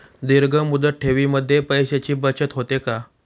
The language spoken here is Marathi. दीर्घ मुदत ठेवीमध्ये पैशांची बचत होते का?